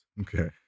Okay